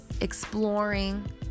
exploring